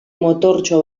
motortxo